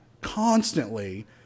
constantly